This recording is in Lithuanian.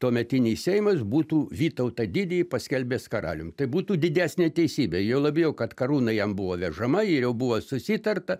tuometinis seimas būtų vytautą didįjį paskelbęs karalium tai būtų didesnė teisybė juo labiau kad karūna jam buvo vežama ir jau buvo susitarta